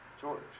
George